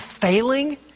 failing